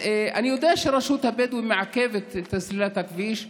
אני יודע שרשות הבדואים מעכבת את סלילת הכביש,